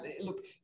Look